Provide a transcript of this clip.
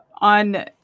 on